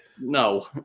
No